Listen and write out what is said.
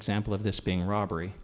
example of this being robbery